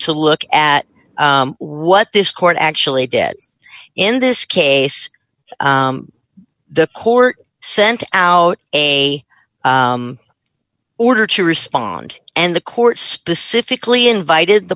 to look at what this court actually dead in this case the court sent out a order to respond and the court specifically invited the